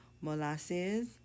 molasses